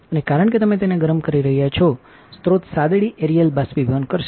અને કારણ કે તમે તેને ગરમ કરી રહ્યાં છો સ્રોત સાદડીએરિયલ બાષ્પીભવન કરશે આ શટર છે